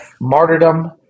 martyrdom